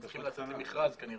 הם צריכים לצאת למכרז כנראה.